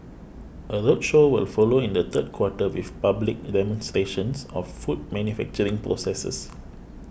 a roadshow will follow in the third quarter with public demonstrations of food manufacturing processes